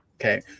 Okay